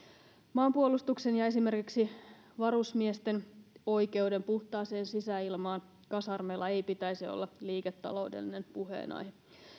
maanpuolustuksen ja esimerkiksi varusmiesten oikeuden puhtaaseen sisäilmaan kasarmeilla ei pitäisi olla liiketaloudellinen puheenaihe